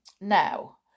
Now